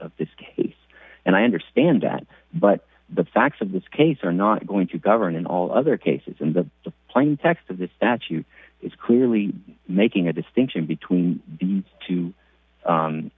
of this case and i understand that but the facts of this case are not going to govern in all other cases in the plain text of the statute is clearly making a distinction between the two